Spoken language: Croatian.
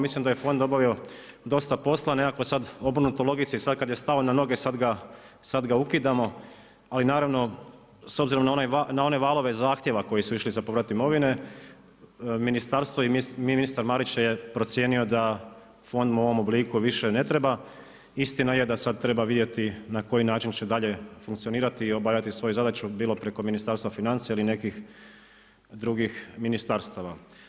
Mislim da je fond obavio dosta posla, nekako sad obrnutoj logici sad kad je stao na noge, sad ga ukidamo ali naravno s obzirom na one valove zahtjeva koji su išli za povrat imovine, ministarstvo i ministar Marić je procijenio da fond u ovom obliku više ne treba, istina je da sad treba vidjeti na koji način će dalje funkcionirati i obavljati svoju zadaću, bilo preko Ministarstva financija ili nekih drugi ministarstava.